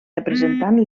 representant